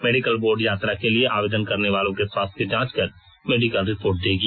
medical board यात्रा के लिए आवेदन करने वालों के स्वास्थ्य की जांच कर मेडिकल रिपोर्ट देगी